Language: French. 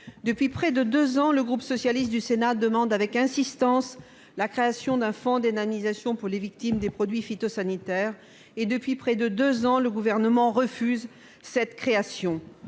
Depuis près de deux ans, le groupe socialiste du Sénat demande avec insistance la création d'un fonds d'indemnisation pour les victimes des produits phytosanitaires et, depuis près de deux ans, le Gouvernement refuse cette création.